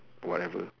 whatever